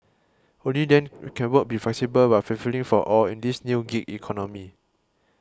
only then can work be flexible but fulfilling for all in this new gig economy